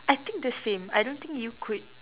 I think the same I don't think you could